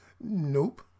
Nope